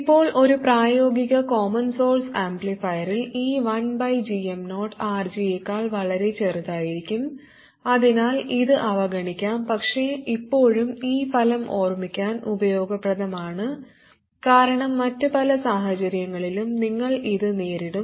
ഇപ്പോൾ ഒരു പ്രായോഗിക കോമൺ സോഴ്സ് ആംപ്ലിഫയറിൽ ഈ 1gm0 RG യേക്കാൾ വളരെ ചെറുതായിരിക്കാം അതിനാൽ ഇത് അവഗണിക്കാം പക്ഷേ ഇപ്പോഴും ഈ ഫലം ഓർമ്മിക്കാൻ ഉപയോഗപ്രദമാണ് കാരണം മറ്റ് പല സാഹചര്യങ്ങളിലും നിങ്ങൾ ഇത് നേരിടും